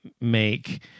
make